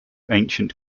ancient